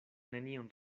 nenion